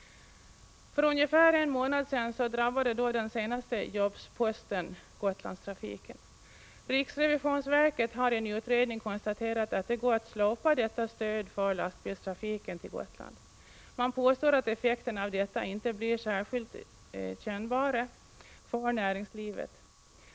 För ungefär en månad sedan drabbade den senaste jobsposten Gotlandstrafiken. Riksrevisionsverket har i en utredning konstaterat att det går att slopa detta stöd för lastbilstrafiken till Gotland. Man påstår att effekterna av detta inte blir särskilt kännbara för näringslivet.